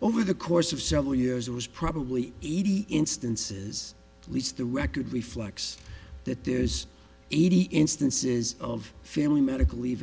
over the course of several years it was probably eighty instances which the record reflects that there's eighty instances of family medical leave